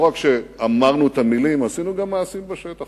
לא רק שאמרנו את המלים, עשינו גם מעשים בשטח.